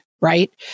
Right